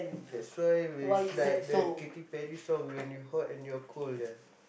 that's why where it's like the Katy-Perry song when you're hot and you're cold ya